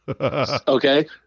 Okay